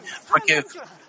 forgive